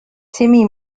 timmy